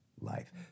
life